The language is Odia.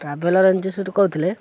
ଟ୍ରାଭେଲର୍ ଏଜେନ୍ସିରୁ କହୁଥିଲେ